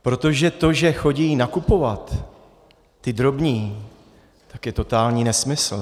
Protože to, že chodí nakupovat ti drobní, je totální nesmysl.